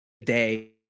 today